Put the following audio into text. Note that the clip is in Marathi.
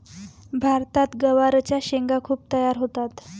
भारतात गवारच्या शेंगा खूप तयार होतात